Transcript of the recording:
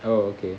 oh okay